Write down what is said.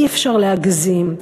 אי-אפשר להגזים.